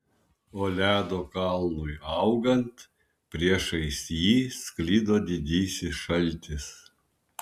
o ledo kalnui augant priešais jį sklido didysis šaltis